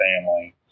family